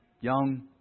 young